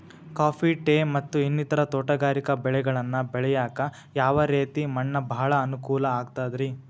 Coffee, tea, ಮತ್ತ ಇನ್ನಿತರ ತೋಟಗಾರಿಕಾ ಬೆಳೆಗಳನ್ನ ಬೆಳೆಯಾಕ ಯಾವ ರೇತಿ ಮಣ್ಣ ಭಾಳ ಅನುಕೂಲ ಆಕ್ತದ್ರಿ?